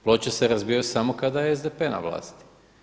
Ploče se razbijaju samo kada je SDP na vlasti.